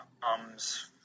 comes